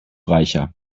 reicher